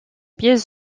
pièce